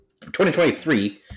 2023